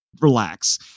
relax